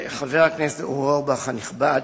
חבר הכנסת אורבך הנכבד,